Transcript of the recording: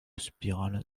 spirale